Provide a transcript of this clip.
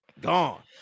Gone